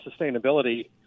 sustainability